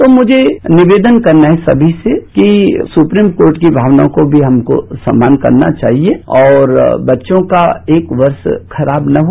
तो मुझे निवेदन करना है सभी से कि सुप्रीम कोर्ट की भावनाजों को भी हमको सम्मान करना चाहिए और बच्चों का एक वर्ष खराब न हो